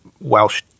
Welsh